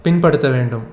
பின்படுத்த வேண்டும்